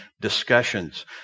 discussions